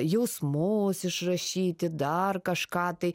jausmus išrašyti dar kažką tai